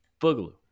Boogaloo